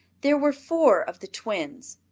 there were four of the twins.